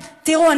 תראו,